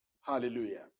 Hallelujah